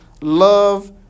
love